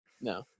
No